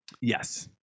Yes